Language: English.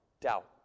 doubt